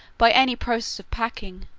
by any process of packing,